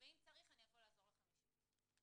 ואם צריך אני אבוא לעזור לכם אישית.